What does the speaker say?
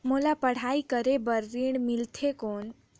मोला पढ़ाई करे बर ऋण मिलथे कौन?